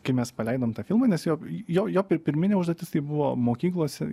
kai mes paleidom tą filmą nes jo jo jo pi pirminė užduotis tai buvo mokyklose